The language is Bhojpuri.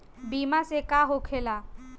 बीमा से का होखेला?